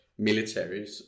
militaries